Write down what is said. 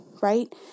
right